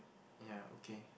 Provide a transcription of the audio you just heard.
ya okay